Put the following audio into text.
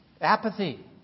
Apathy